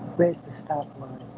where's the stoplight?